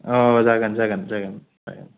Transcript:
औ जागोन जागोन जागोन जागोन